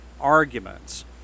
arguments